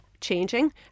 changing